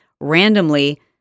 randomly